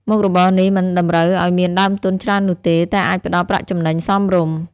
មុខរបរនេះមិនតម្រូវឲ្យមានដើមទុនច្រើននោះទេ តែអាចផ្ដល់ប្រាក់ចំណេញសមរម្យ។